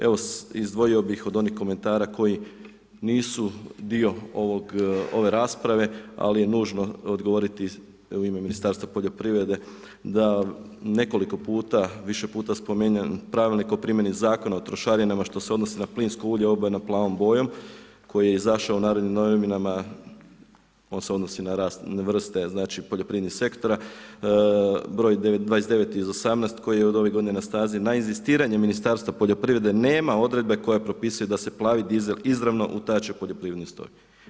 Evo, izdvojio bih od onih komentara koji nisu dio ove rasprave, ali nužno je odgovoriti u ime Ministarstva poljoprivrede da nekoliko puta, više puta spominjan pravilnik o primjeni zakona o trošarinama što se odnosi na plinsko ulje obojeno plavom bojom koji je izašao u Narodnim novinama, on se odnosi na vrste znači poljoprivrednih sektora, broj 29/18 koji je od ove godine na snazi na inzistiranje Ministarstva poljoprivrede nema odredbe koje propisuje da se plavi dizel izravno utače u poljoprivredni stroj.